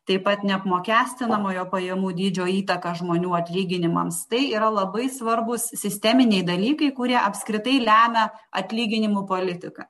taip pat neapmokestinamojo pajamų dydžio įtaką žmonių atlyginimams tai yra labai svarbūs sisteminiai dalykai kurie apskritai lemia atlyginimų politiką